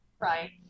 Right